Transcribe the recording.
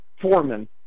foreman